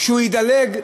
שהוא ידלג,